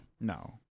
no